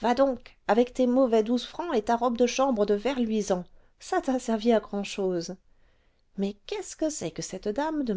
va donc avec tes mauvais douze francs et ta robe de chambre de ver luisant ça t'a servi à grand-chose mais qu'est-ce que c'est que cette dame de